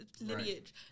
lineage